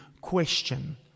question